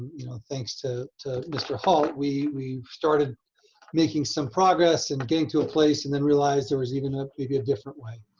you know, thanks to to mr. halt, we've started making some progress in getting to a place and then realized there was even maybe a different way